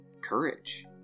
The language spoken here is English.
courage